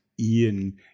Ian